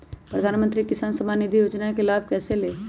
प्रधानमंत्री किसान समान निधि योजना का लाभ कैसे ले?